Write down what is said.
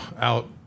out